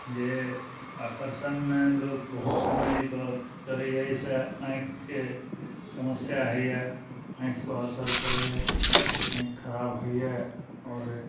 जे आकर्षणमे लोक बहुत समयपर करइए अइसँ आँखिके समस्या होइए आँखिपर असर पड़इए आँखि खराब होइए आओर